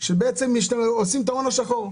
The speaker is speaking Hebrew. שעושים את ההון השחור.